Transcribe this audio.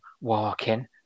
walking